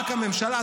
רק הממשלה,